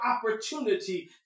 opportunity